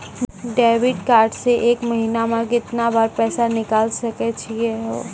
Debit card से एक महीना मा केतना बार पैसा निकल सकै छि हो?